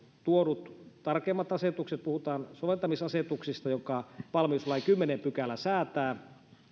tuodut tarkemmat asetukset puhutaan soveltamisasetuksista josta valmiuslain kymmenes pykälä säätää